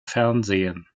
fernsehen